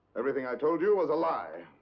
everything i told you was a lie.